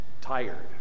Tired